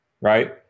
right